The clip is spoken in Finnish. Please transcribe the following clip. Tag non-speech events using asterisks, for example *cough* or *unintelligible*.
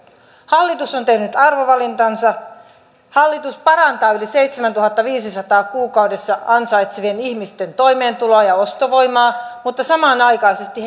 hallitus on tehnyt arvovalintansa hallitus parantaa yli seitsemäntuhattaviisisataa euroa kuukaudessa ansaitsevien ihmisten toimeentuloa ja ostovoimaa mutta samanaikaisesti *unintelligible*